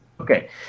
Okay